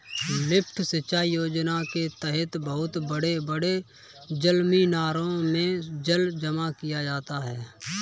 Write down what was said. lift सिंचाई योजना के तहद बहुत बड़े बड़े जलमीनारों में जल जमा किया जाता है